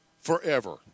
forever